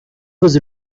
was